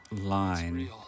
line